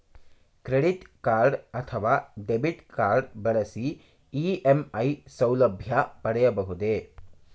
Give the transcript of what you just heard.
Credit card ಅಥವಾ debit card ಬಳಸಿ EMI ಸೌಲಭ್ಯ ಪಡೆಯಬಹುದೇ?